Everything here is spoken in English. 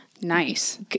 nice